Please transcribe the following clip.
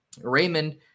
Raymond